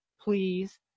please